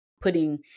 putting